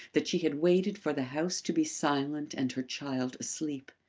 that she had waited for the house to be silent and her child asleep.